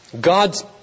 God's